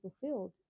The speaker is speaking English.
fulfilled